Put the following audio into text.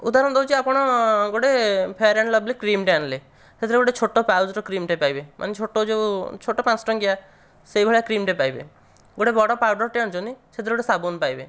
ଉଦାହରଣ ଦଉଛି ଆପଣ ଗୋଟିଏ ଫ୍ୟାର୍ ଆଣ୍ଡ୍ ଲଭ୍ଲି କ୍ରିମ୍ ଟିଏ ଆଣିଲେ ସେଇଥିରେ ଗୋଟିଏ ଛୋଟ ପାଉଚ ର କ୍ରିମ୍ ଟିଏ ପାଇବେ ମାନେ ଛୋଟ ଯେଉଁ ଛୋଟ ପାଞ୍ଚ ଟଙ୍କିଆ ସେଇଭଳିଆ କ୍ରିମ୍ ଟିଏ ପାଇବେ ଗୋଟେ ବଡ଼ ପାଉଡ଼ର ଟିଏ ଆଣିଛନ୍ତି ସେଇଥିରେ ଗୋଟିଏ ସାବୁନ୍ ପାଇବେ